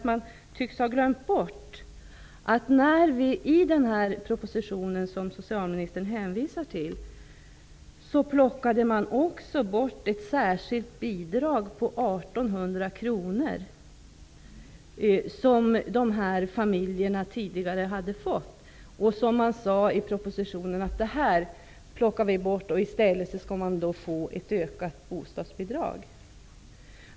Man tycks ha glömt bort att i den proposition som socialministern hänvisar till plockade man också bort ett särskilt bidrag på 1 800 kr som de de här familjerna tidigare hade fått. I propositionen sade man att man plockar bort det här bidraget och att det i stället skall bli fråga om ett ökat bostadsbidrag.